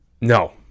No